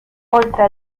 oltre